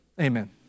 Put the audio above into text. Amen